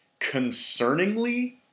concerningly